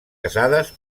casades